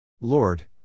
Lord